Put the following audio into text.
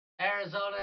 Arizona